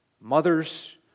mothers